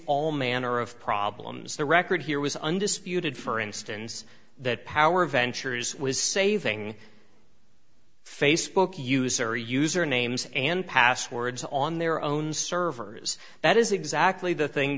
all manner of problems the record here was undisputed for instance that power ventures was saving facebook user user names and passwords on their own servers that is exactly the thing